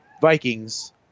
Vikings